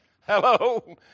Hello